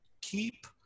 Keep